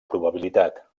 probabilitat